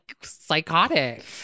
psychotic